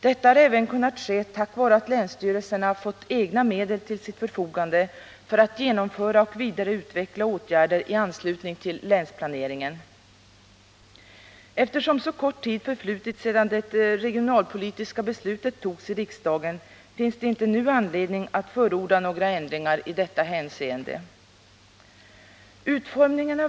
Detta har även kunnat ske tack vare att länsstyrelserna fått egna medel till sitt förfogande för att genomföra och vidareutveckla åtgärder i anslutning till länsplaneringen. Eftersom så kort tid förflutit sedan det regionalpolitiska beslutet fattades i riksdagen finns det inte nu anledning att förorda några ändringar i detta hänseende.